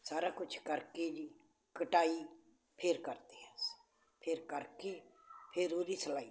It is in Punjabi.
ਸਾਰਾ ਕੁਛ ਕਰਕੇ ਜੀ ਕਟਾਈ ਫਿਰ ਕਰਦੇ ਹਾਂ ਅਸੀ ਫਿਰ ਕਰਕੇ ਫਿਰ ਉਹਦੀ ਸਿਲਾਈ ਕਰਦੇ ਹਾਂ